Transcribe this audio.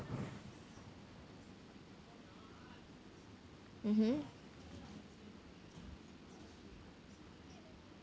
mmhmm